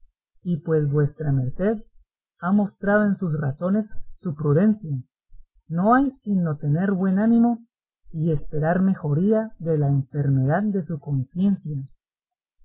y pues vuestra merced ha mostrado en sus razones su prudencia no hay sino tener buen ánimo y esperar mejoría de la enfermedad de su conciencia